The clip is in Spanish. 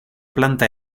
planta